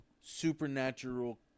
supernatural